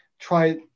Try